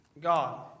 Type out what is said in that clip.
God